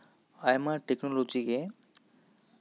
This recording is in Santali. ᱟᱭᱢᱟ ᱴᱮᱠᱱᱳᱞᱚᱡᱤ ᱜᱮ